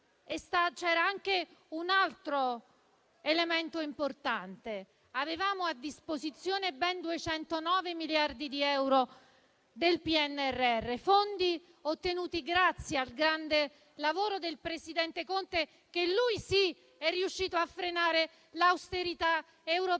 c'era anche un altro elemento importante: avevamo a disposizione ben 209 miliardi di euro del PNRR, fondi ottenuti grazie al grande lavoro del presidente Conte, che, lui sì, è riuscito a frenare l'austerità europea